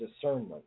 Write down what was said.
discernment